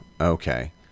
Okay